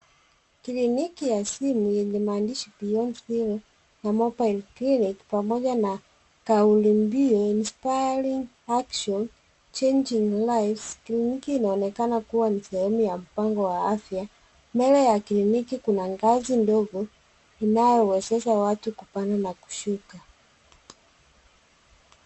Kliniki ya simu yenye maandishi beyond zero na mobile clinic pamoja na kaulu mbio inspiring action changing lives kliniki inaonekana kuwa ni sehemu ya mpango wa afya mbele ya kliniki kuna ngazi ndogo inayowezesha watu kupanda na kushuka.